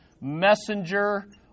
messenger